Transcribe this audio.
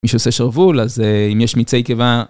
מי שעושה שרוול אז אם יש מצי קיבה.